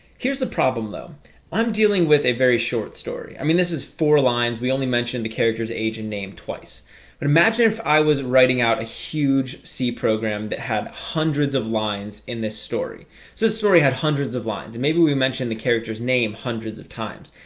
here's the problem though i'm dealing with a very short story. i mean, this is four lines we only mentioned the character's age and name twice but imagine if i was writing out a huge c program that had hundreds of lines in this story so story had hundreds of lines and maybe we mentioned the character's name hundreds of times.